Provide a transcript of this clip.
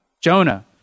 Jonah